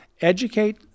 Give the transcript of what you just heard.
educate